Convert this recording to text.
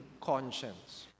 conscience